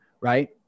right